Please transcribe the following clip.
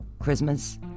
Christmas